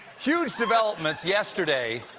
huge developments yesterday,